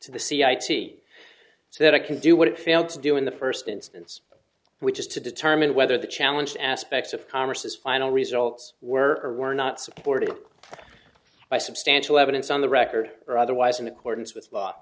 to the c i t so that it can do what it failed to do in the first instance which is to determine whether the challenge aspects of congress's final results were or were not supported by substantial evidence on the record or otherwise in accordance with